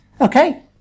Okay